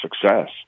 success